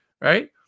right